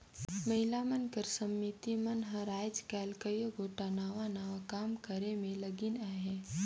महिला मन कर समिति मन हर आएज काएल कइयो गोट नावा नावा काम करे में लगिन अहें